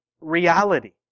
reality